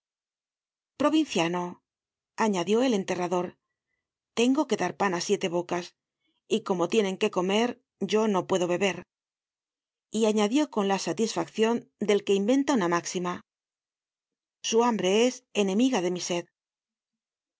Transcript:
provinciano añadió el enterrador tengo que dar pan á siete bocas y como tienen que comer yo no puedo beber y añadió con la satisfaccion del que inventá una máxima su hambre es enemiga de mi sed